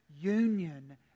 union